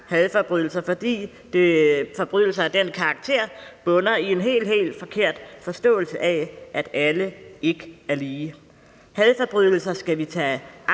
hadforbrydelser – fordi forbrydelser af den karakter bunder i en helt, helt forkert forståelse, nemlig at alle ikke er lige. Hadforbrydelser skal vi tage aktivt